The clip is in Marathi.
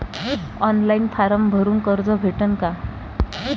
ऑनलाईन फारम भरून कर्ज भेटन का?